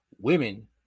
women